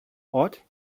ort